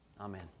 Amen